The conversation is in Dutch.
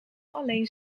alleen